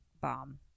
bomb